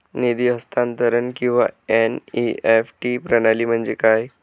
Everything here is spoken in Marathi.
निधी हस्तांतरण किंवा एन.ई.एफ.टी प्रणाली म्हणजे काय?